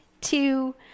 two